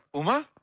uma?